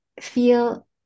feel